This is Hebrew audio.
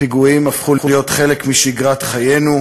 הפיגועים הפכו להיות חלק משגרת חיינו.